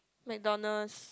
McDonalds